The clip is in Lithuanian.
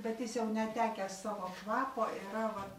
bet jis jau netekęs savo kvapo yra va